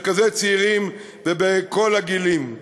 ממרכזי צעירים ומכל הגילים.